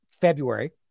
February